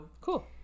Cool